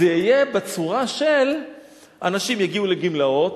זה יהיה בצורה של אנשים שיגיעו לגמלאות